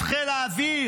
את חיל האוויר.